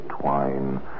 twine